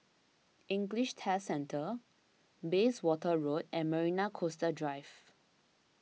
English Test Centre Bayswater Road and Marina Coastal Drive